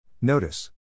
Notice